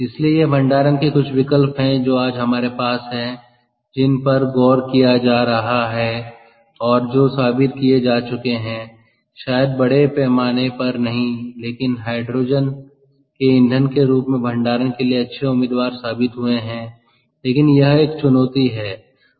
इसलिए ये भंडारण के कुछ विकल्प हैं जो आज हमारे पास हैं जिन पर गौर किया जा रहा है और जो साबित किए जा चुके हैं शायद बड़े पैमाने पर नहीं लेकिन हाइड्रोजन के ईंधन के रूप में भंडारण के लिए अच्छे उम्मीदवार साबित हुए हैं लेकिन यह एक चुनौती है